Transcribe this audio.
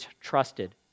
trusted